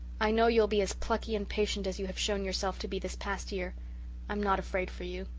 i know you'll be as plucky and patient as you have shown yourself to be this past year i'm not afraid for you.